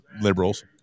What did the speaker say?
liberals